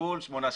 עיקול 8 שקלים.